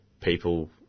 people